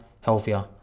healthier